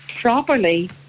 properly